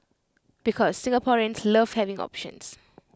because Singaporeans love having options